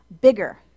bigger